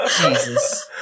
Jesus